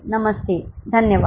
नमस्ते धन्यवाद